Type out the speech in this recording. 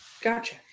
Gotcha